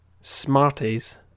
Smarties